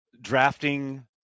drafting